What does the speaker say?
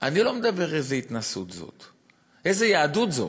אני לא מדבר על איזה התנשאות זאת, איזו יהדות זאת.